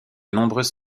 nombreuses